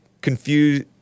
confused